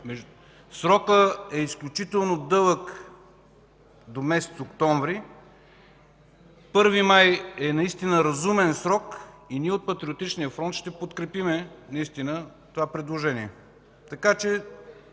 Срокът е изключително дълъг – до месец октомври. Първи май е наистина разумен срок и ние от Патриотичния фронт ще подкрепим това предложение. Така че